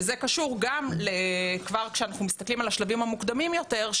זה קשור גם כבר כשאנחנו מסתכלים על השלבים המוקדמים יותר,